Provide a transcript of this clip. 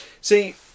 See